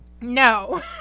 No